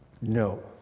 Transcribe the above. No